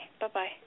Bye-bye